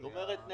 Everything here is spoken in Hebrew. זאת אומרת,